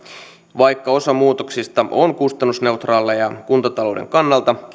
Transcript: vaikka osa muutoksista on kustannusneutraaleja kuntatalouden kannalta